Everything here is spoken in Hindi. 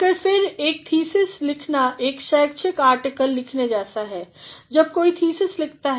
मगर फिर एक थीसिस लिखना एक शैक्षिक आर्टिकल लिखने जैसा है जब कोई थीसिस लिखता है